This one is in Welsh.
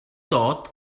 dod